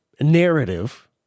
narrative